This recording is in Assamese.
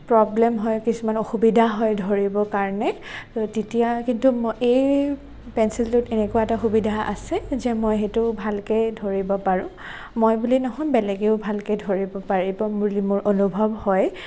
প্ৰব্লেম হয় কিছুমান অসুবিধা হয় ধৰিবৰ কাৰণে তেতিয়া কিন্তু এই পেঞ্চিলটোত এনেকুৱা এটা সুবিধা আছে যে মই সেইটো ভালকৈ ধৰিব পাৰোঁ মই বুলি নহয় বেলেগেও ভালকৈ ধৰিব পাৰিব বুলি মোৰ অনুভৱ হয়